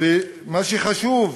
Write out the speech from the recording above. ומה שחשוב,